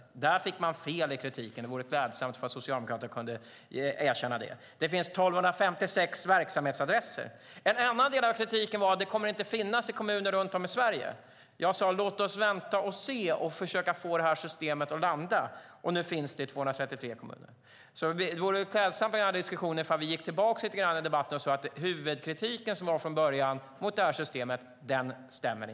Socialdemokraterna hade fel i kritiken, och det vore klädsamt om de kunde erkänna det. Det finns 1 256 verksamhetsadresser. En annan del av kritiken var att systemet inte kommer att finnas i kommuner runt om i Sverige. Jag sade: Låt oss vänta och se och försöka få systemet att landa. Nu finns det i 233 kommuner. Det vore klädsamt om vi i diskussionen kunde gå tillbaka i debatten. Då ser vi att den huvudkritik som från början fanns mot systemet inte stämmer.